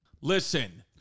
Listen